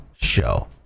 show